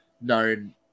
known